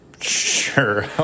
sure